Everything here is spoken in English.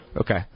okay